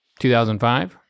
2005